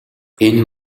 энэ